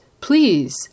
Please